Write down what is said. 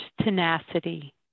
tenacity